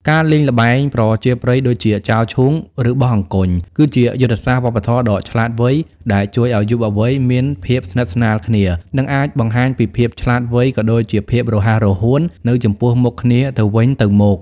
ការលេងល្បែងប្រជាប្រិយដូចជា ចោលឈូង ឬបោះអង្គញ់ គឺជាយុទ្ធសាស្ត្រវប្បធម៌ដ៏ឆ្លាតវៃដែលជួយឱ្យយុវវ័យមានភាពស្និទ្ធស្នាលគ្នា និងអាចបង្ហាញពីភាពឆ្លាតវៃ ក៏ដូចជាភាពរហ័សរហួននៅចំពោះមុខគ្នាទៅវិញទៅមក។